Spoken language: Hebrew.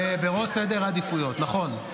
זה בראש סדר העדיפויות, נכון.